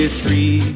three